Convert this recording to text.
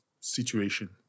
situation